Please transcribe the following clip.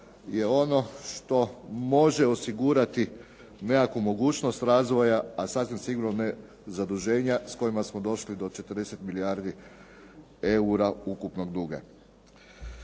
je ono što može osigurati nekakvu mogućnost razvoja, a sasvim sigurno ne zaduženja s kojima smo došli do 40 milijardi eura ukupnog duga.